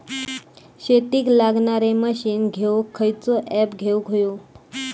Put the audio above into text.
शेतीक लागणारे मशीनी घेवक खयचो ऍप घेवक होयो?